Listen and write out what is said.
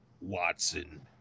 Watson